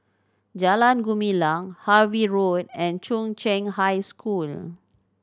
Jalan Gumilang Harvey Road and Chung Cheng High School